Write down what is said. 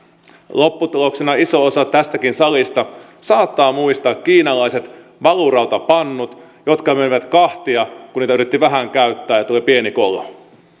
lopputuloksena olivat iso osa tästäkin salista saattaa muistaa kiinalaiset valurautapannut jotka menivät kahtia kun niitä yritti vähän käyttää ja tuli pieni kolhu